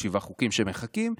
יש שבעה חוקים שמחכים,